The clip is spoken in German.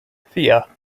vier